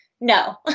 no